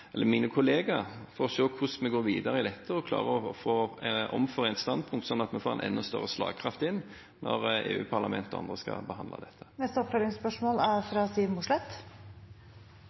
mine kollegaer for å se hvordan vi går videre i dette og klarer å få et omforent standpunkt, slik at vi får en enda større slagkraft når EU-parlamentet og andre skal behandle dette. Siv Mossleth – til oppfølgingsspørsmål. Kabotasje er